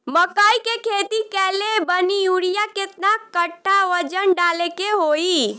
मकई के खेती कैले बनी यूरिया केतना कट्ठावजन डाले के होई?